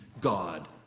God